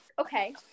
okay